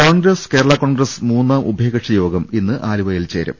കോൺഗ്രസ് കേരളാ കോൺഗ്രസ് മൂന്നാം ഉഭയകക്ഷി യോഗം ഇന്ന് ആലുവായിൽ ചേരും